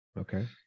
okay